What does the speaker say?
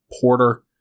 Porter